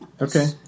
Okay